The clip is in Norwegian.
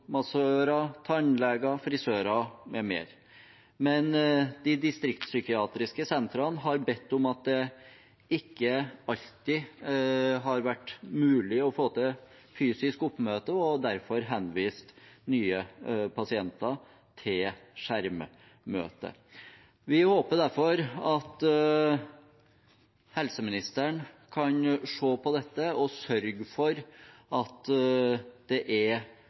men ved de distriktspsykiatriske sentrene har det ikke alltid vært mulig å få til fysisk oppmøte, og de har derfor henvist nye pasienter til skjermmøte. Vi håper derfor at helseministeren kan se på dette og sørge for at det er